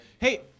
Hey